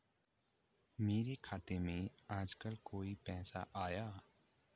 मेरे खाते में आजकल कोई पैसा आया?